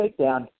takedown